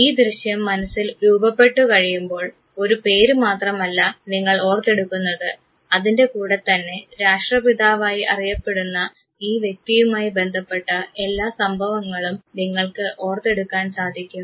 ഈ ദൃശ്യം മനസ്സിൽ രൂപപ്പെട്ട് കഴിയുമ്പോൾ ഒരു പേര് മാത്രമല്ല നിങ്ങൾ ഓർത്തെടുക്കുന്നത് അതിൻറെ കൂടെ തന്നെ രാഷ്ട്രപിതാവായി അറിയപ്പെടുന്ന ഈ വ്യക്തിയുമായി ബന്ധപ്പെട്ട എല്ലാ സംഭവങ്ങളും നിങ്ങൾക്ക് ഓർത്തെടുക്കാൻ സാധിക്കും